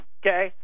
okay